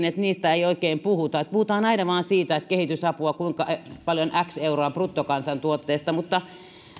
että niistä ei oikein puhuta vaan puhutaan aina vain siitä kuinka paljon euroja bruttokansantuotteesta annetaan kehitysapua